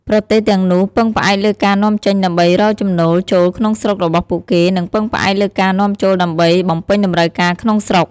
ប្រទេសទាំងនោះពឹងផ្អែកលើការនាំចេញដើម្បី រកចំណូលចូលក្នុងស្រុករបស់ពួកគេ និងពឹងផ្អែកលើការនាំចូលដើម្បី បំពេញតម្រូវការ ក្នុងស្រុក។